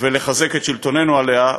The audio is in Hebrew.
ולחזק את שלטוננו עליה,